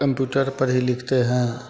computer पर ही लिखते हैं